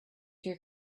your